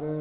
आरो